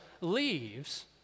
leaves